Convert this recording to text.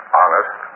honest